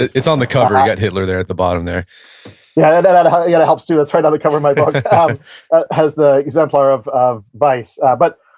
it's on the cover. you've and got hitler there, at the bottom there yeah that and yeah helps too. it's right on the cover of my book, has the exemplar of of vice. but,